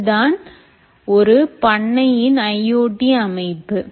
இதுதான் ஒரு பண்ணையின் IoT அமைப்பு